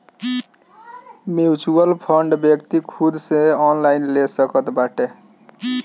mutual fund व्यक्ति खुद से ऑनलाइन ले सकत बाटे